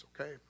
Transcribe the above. okay